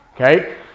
okay